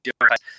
different